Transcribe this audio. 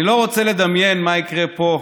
אני לא רוצה לדמיין מה יקרה פה,